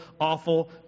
awful